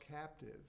captive